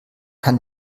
kann